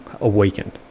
awakened